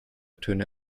töne